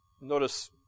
Notice